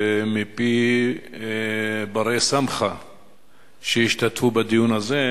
מפי בני-סמכא שהשתתפו בדיון הזה,